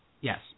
Yes